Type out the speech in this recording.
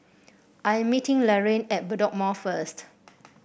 I am meeting Laraine at Bedok Mall first